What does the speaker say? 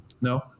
No